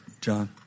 John